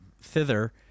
thither